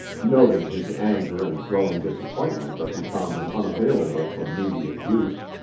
noting his anger and growing disappointment as he found them unavailable for immediate use.